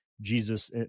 Jesus